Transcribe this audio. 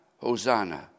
Hosanna